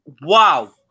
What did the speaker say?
Wow